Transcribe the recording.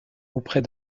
auprès